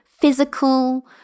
physical